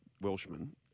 Welshman